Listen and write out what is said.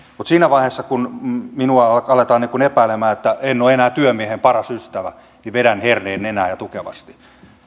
mutta siinä vaiheessa kun minua aletaan epäilemään että en ole enää työmiehen paras ystävä niin vedän herneen nenään ja tukevasti